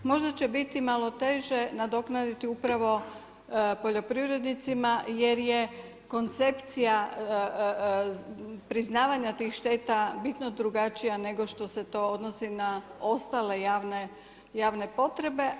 Možda će biti malo teže nadoknaditi upravo poljoprivrednicima jer je koncepcija priznavanja tih šteta bitno drugačija nego što se to odnosi na ostale javne potrebe.